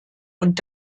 und